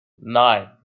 nine